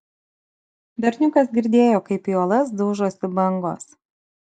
berniukas girdėjo kaip į uolas daužosi bangos